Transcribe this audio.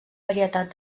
varietat